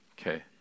Okay